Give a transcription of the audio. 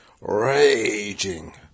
raging